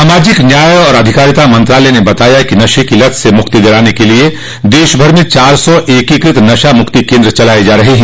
सामाजिक न्याय और अधिकारिता मंत्रालय ने बताया कि नशे की लत से मुक्ति दिलाने के लिए देशभर में चार सौ एकीकृत नशा मुक्ति केन्द्र चलाए जा रहे हैं